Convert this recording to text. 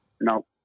No